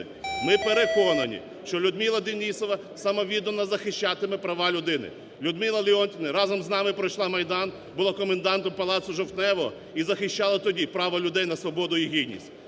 Ми переконані, що Людмила Денісова самовіддано захищатиме права людини. Людмила Леонтіївна разом з нами пройшла Майдан, була комендантом палацу "Жовтневого" і захищала тоді право людей на свободу і гідність.